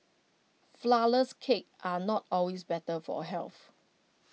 Flourless Cakes are not always better for health